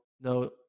no